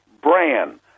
brand